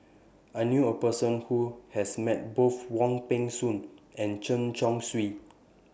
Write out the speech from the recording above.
I knew A Person Who has Met Both Wong Peng Soon and Chen Chong Swee